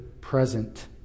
present